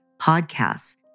podcasts